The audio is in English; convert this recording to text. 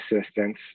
assistance